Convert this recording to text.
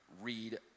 read